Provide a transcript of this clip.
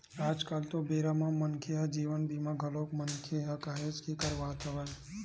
आज कल तो बेरा म मनखे ह जीवन बीमा घलोक मनखे ह काहेच के करवात हवय